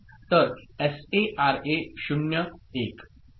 तर SA RA 0 1